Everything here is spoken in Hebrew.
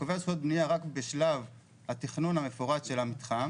שקובע זכויות בנייה רק בשלב התכנון המפורט של המתחם